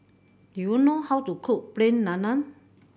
do you know how to cook Plain Naan